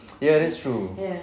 ya that's true